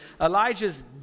Elijah's